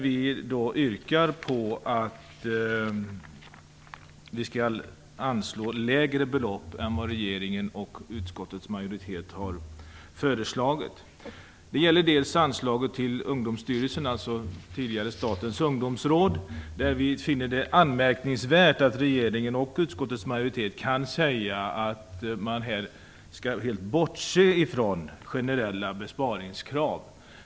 Vi yrkar på att vi skall anslå lägre belopp än vad regeringen och utskottets majoritet har föreslagit. Det gäller anslaget till Ungdomsstyrelsen - tidigare Statens ungdomsråd. Vi finner det anmärkningsvärt att regeringen och utskottets majoritet kan säga att man helt skall bortse från generella besparingskrav.